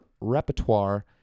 repertoire